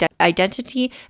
identity